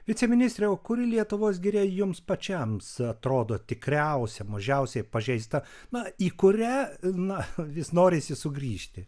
viceministre o kuri lietuvos giria jums pačiam atrodo tikriausia mažiausiai pažeista na į kurią na vis norisi sugrįžti